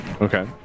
Okay